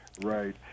Right